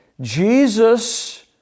Jesus